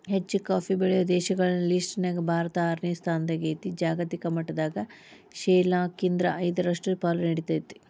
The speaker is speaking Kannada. ಹೆಚ್ಚುಕಾಫಿ ಬೆಳೆಯೋ ದೇಶಗಳ ಲಿಸ್ಟನ್ಯಾಗ ಭಾರತ ಆರನೇ ಸ್ಥಾನದಾಗೇತಿ, ಜಾಗತಿಕ ಮಟ್ಟದಾಗ ಶೇನಾಲ್ಕ್ರಿಂದ ಐದರಷ್ಟು ಪಾಲು ನೇಡ್ತೇತಿ